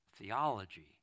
theology